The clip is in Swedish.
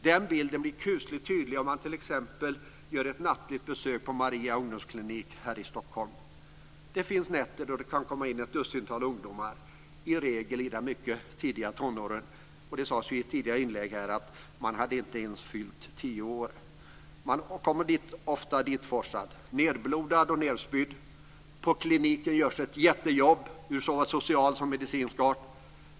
Den bilden blir kusligt tydligt om man t.ex. gör ett nattligt besök på Maria ungdomsklinik här i Stockholm. Det finns nätter där det kan komma in ett dussintal ungdomar, i regel i de mycket tidiga tonåren. Det sades i ett tidigare inlägg att en del inte ens hade fyllt tio år. De blir ofta ditforslade, nedblodade och nedspydda. På kliniken görs ett jättejobb av såväl social som medicinsk art.